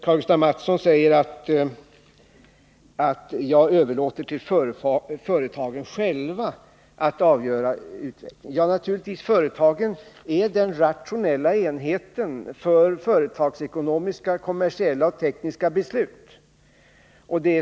Karl-Gustaf Mathsson sade att jag överlåter på företagen själva att avgöra utvecklingen. Naturligtvis gör jag detta. Företagen är ju den rationella enheten för företagsekonomiska, kommersiella och tekniska beslut.